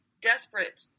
desperate